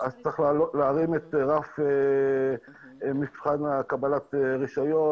אז צריך להרים את רף מבחן קבלת הרישיון.